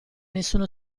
nessuno